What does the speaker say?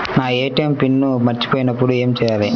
నా ATM pin మరచిపోయినప్పుడు ఏమి చేయాలి?